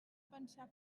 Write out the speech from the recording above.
pensar